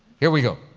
here we go.